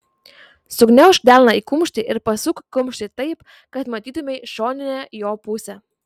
sugniaužk delną į kumštį ir pasuk kumštį taip kad matytumei šoninę jo pusę